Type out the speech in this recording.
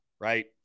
right